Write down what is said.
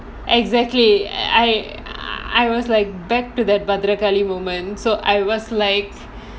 exactly I I was like back to the பத்ரகாளியம்மன்:pathrakaaliyamman moments so I was like